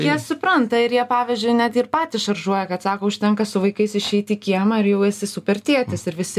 jie supranta ir jie pavyzdžiui net ir patys šaržuoja kad sako užtenka su vaikais išeit į kiemą ir jau esi super tėtis ir visi